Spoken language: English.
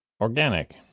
Organic